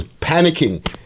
panicking